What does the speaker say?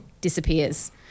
disappears